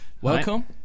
Welcome